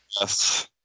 Yes